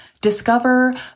Discover